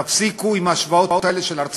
אם יש מספיק היצע, המחירים